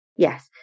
Yes